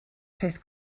peth